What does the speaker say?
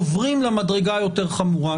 עוברים למדרגה יותר חמורה.